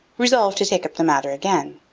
resolved to take up the matter again.